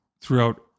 throughout